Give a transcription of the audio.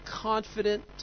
confident